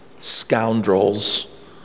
scoundrels